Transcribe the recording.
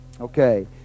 Okay